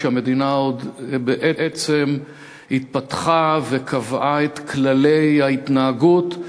כשהמדינה עוד בעצם התפתחה וקבעה את כללי ההתנהגות,